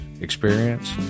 experience